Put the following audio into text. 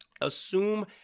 assume